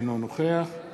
אינו נוכח עליזה